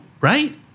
right